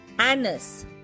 anus